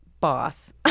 boss